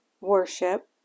Worship